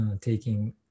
taking